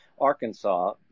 arkansas